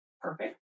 perfect